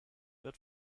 wird